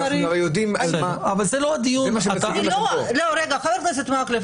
חבר הכנסת מקלב,